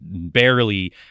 barely